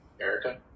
Erica